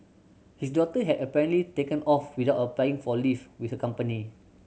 his daughter had apparently taken off without applying for leave with her company